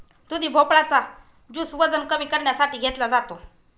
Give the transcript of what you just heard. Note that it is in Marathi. दुधी भोपळा चा ज्युस वजन कमी करण्यासाठी घेतला जातो